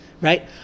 right